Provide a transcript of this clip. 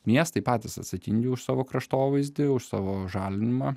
miestai patys atsakingi už savo kraštovaizdį už savo žalinimą